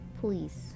Please